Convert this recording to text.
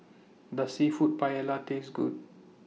Does Seafood Paella Taste Good